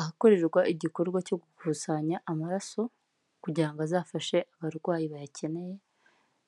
Ahakorerwa igikorwa cyo gukusanya amaraso, kugira ngo azafashe abarwayi bayakeneye,